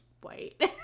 white